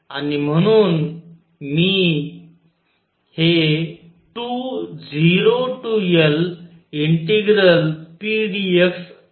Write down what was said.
आणि म्हणून म्हणून मी हे 20Lpdx लिहू शकतो